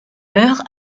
meurt